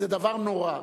זה דבר נורא.